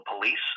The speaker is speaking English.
police